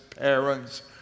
parents